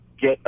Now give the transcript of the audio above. get